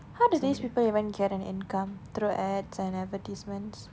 how does these people even get an income through ads and advertisements